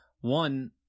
one